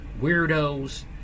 weirdos